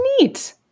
neat